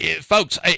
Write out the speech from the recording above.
folks